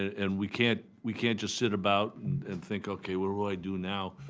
and we can't we can't just sit about and and think, okay, what do i do now?